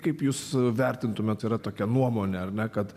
kaip jūs vertintumėt yra tokia nuomonė ar ne kad